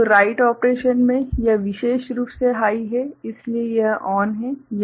तो write operation में यह विशेष रूप से हाइ है इसलिए यह ऑन है